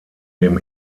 dem